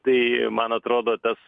tai man atrodo tas